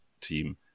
team